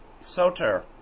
Soter